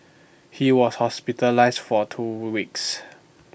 he was hospitalised for two weeks